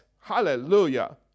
Hallelujah